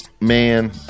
man